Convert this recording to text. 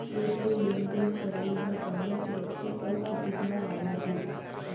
cheque ले लेन देन करई ह बने सुरक्छित अउ सुबिधा वाला हे